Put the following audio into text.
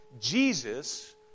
Jesus